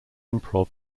improv